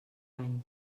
any